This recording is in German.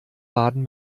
baden